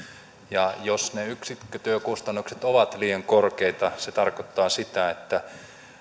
ja jos ne yksikkötyökustannukset ovat liian korkeita se tarkoittaa sitä että